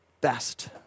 best